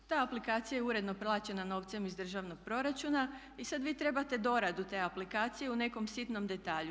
Ta aplikacija je uredno plaćena novcem iz državnog proračuna i sad vi trebate doradu te aplikacije u nekom sitnom detalju.